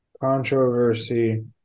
Controversy